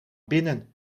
binnen